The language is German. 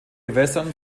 gewässern